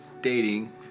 dating